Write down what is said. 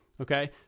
okay